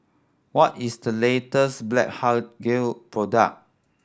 what is the latest Blephagel product